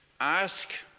ask